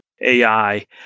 AI